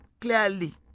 clearly